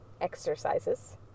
Exercises